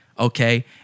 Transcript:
Okay